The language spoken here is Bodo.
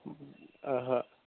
ओहो